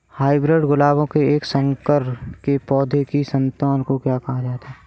hybrid गुलाबों के एक संकर के पौधों की संतान को कहा जाता है